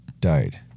Died